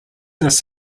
this